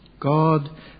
God